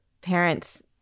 parents